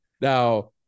Now